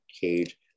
Cage